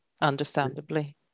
Understandably